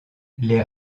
les